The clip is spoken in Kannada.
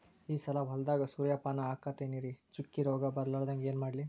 ಈ ಸಲ ಹೊಲದಾಗ ಸೂರ್ಯಪಾನ ಹಾಕತಿನರಿ, ಚುಕ್ಕಿ ರೋಗ ಬರಲಾರದಂಗ ಏನ ಮಾಡ್ಲಿ?